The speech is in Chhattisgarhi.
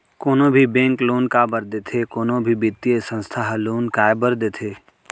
कोनो भी बेंक लोन काबर देथे कोनो भी बित्तीय संस्था ह लोन काय बर देथे?